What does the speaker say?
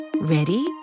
Ready